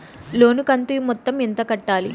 లోను కంతు మొత్తం ఎంత కట్టాలి?